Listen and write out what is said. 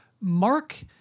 Mark